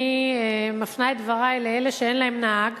אני מפנה את דברי לאלה שאין להם נהג